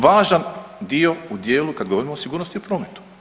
Važan dio u dijelu kad govorimo o sigurnosti u prometu.